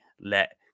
let